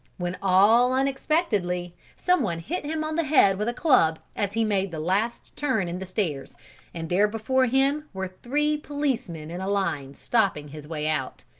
when all unexpectedly, someone hit him on the head with a club as he made the last turn in the stairs and there before him were three policemen in a line stopping his way out.